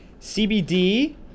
CBD